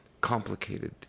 complicated